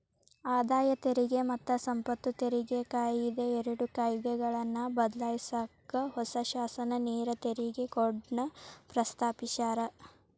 ಆದಾಯ ತೆರಿಗೆ ಮತ್ತ ಸಂಪತ್ತು ತೆರಿಗೆ ಕಾಯಿದೆ ಎರಡು ಕಾಯ್ದೆಗಳನ್ನ ಬದ್ಲಾಯ್ಸಕ ಹೊಸ ಶಾಸನ ನೇರ ತೆರಿಗೆ ಕೋಡ್ನ ಪ್ರಸ್ತಾಪಿಸ್ಯಾರ